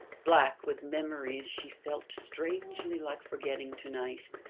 black with memories she felt strangely like forgetting to-night.